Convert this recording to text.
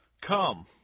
Come